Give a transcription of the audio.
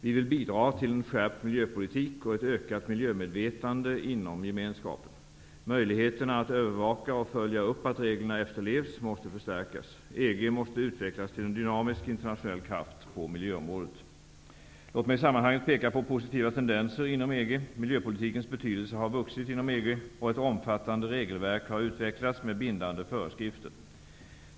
Vi vill bidra till en skärpt miljöpolitik och ett ökat miljömedvetande inom gemenskapen. Möjligheterna att övervaka och följa upp att reglerna efterlevs måste förstärkas. EG måste utvecklas till en dynamisk internationell kraft på miljöområdet. Låt mig i sammanhanget peka på positiva tendenser inom EG. Miljöpolitikens betydelse har vuxit inom EG och ett omfattande regelverk har utvecklats med bindande föreskrifter.